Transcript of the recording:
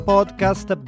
Podcast